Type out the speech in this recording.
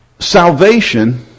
Salvation